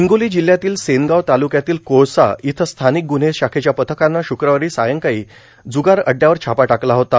हिंगोलो जिल्ह्यातील सेनगाव तालुक्यातील कोळसा येथे स्थार्मानक ग्रन्हे शाखेच्या पथकाने शुक्रवारो सायंकाळी जुगार अडुड्यावर छापा टाकला होता